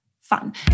fun